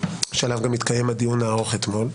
שעליו גם התקיים הדיון הארוך אתמול.